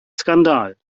skandal